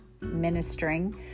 ministering